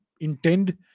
intend